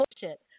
bullshit